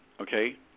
okay